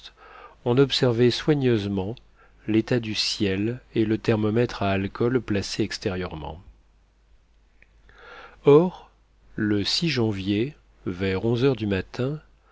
on observait soigneusement l'état du ciel et le thermomètre à alcool placé extérieurement or le janvier vers onze heures du matin